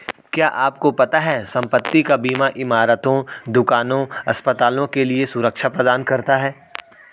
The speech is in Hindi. क्या आपको पता है संपत्ति का बीमा इमारतों, दुकानों, अस्पतालों के लिए सुरक्षा प्रदान करता है?